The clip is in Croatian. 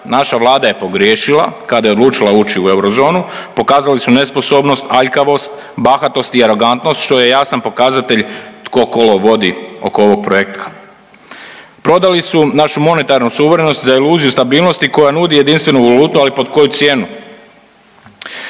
Naša Vlada je pogriješila kada je odlučila ući u eurozonu, pokazali su nesposobnost, aljkavost, bahatost i arogantnost što je jasan pokazatelj tko kolo vodi oko ovog projekta. Prodali su našu monetarnu suverenost za iluziju stabilnosti koja nudi jedinstvenu valutu ali pod koju cijenu?